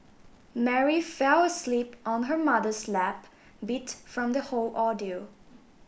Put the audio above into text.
Mary fell asleep on her mother's lap beat from the whole ordeal